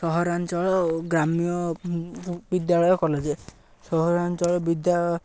ସହରାଞ୍ଚଳ ଓ ଗ୍ରାମ୍ୟ ବିଦ୍ୟାଳୟ କଲେଜ ସହରାଞ୍ଚଳ ବିଦ୍ୟା